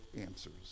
answers